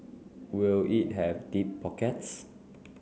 will it have deep pockets